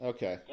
Okay